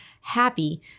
happy